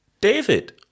David